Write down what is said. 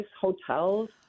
hotels